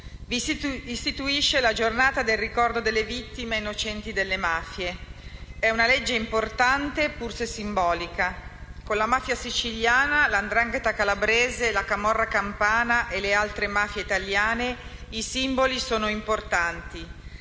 e dell'impegno in ricordo delle vittime innocenti delle mafie. È una legge importante, pur se simbolica. Con la mafia siciliana, la 'ndrangheta calabrese, la camorra campana e le altre mafie italiane i simboli sono importanti.